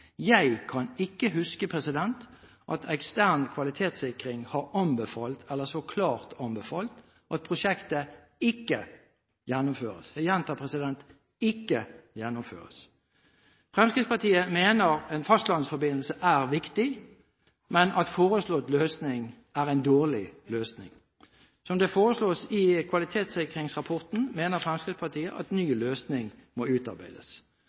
Jeg kan ikke huske at ekstern kvalitetssikring så klart har anbefalt at prosjektet ikke gjennomføres, jeg gjentar: ikke gjennomføres! Fremskrittspartiet mener en fastlandsforbindelse er viktig, men at foreslått løsning er en dårlig løsning. Som det foreslås i kvalitetssikringsrapporten, mener Fremskrittspartiet at ny løsning må utarbeides.